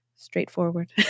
Straightforward